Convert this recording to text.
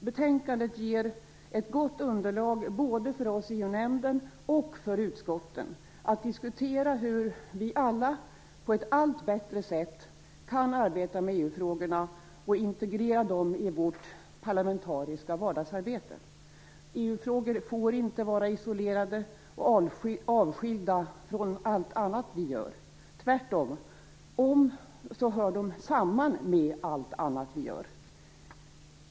Betänkandet ger ett gott underlag både för oss i EU-nämnden och för utskotten att diskutera hur vi alla på ett allt bättre sätt kan arbeta med EU-frågorna och integrera dem i vårt parlamentariska vardagsarbete. EU-frågor får inte vara isolerade och avskilda från allt annat vi gör, tvärtom hör de samman med allt annat vi gör.